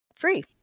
free